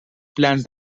plans